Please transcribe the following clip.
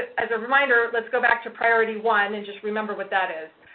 as a reminder, let's go back to priority one, and just remember what that is.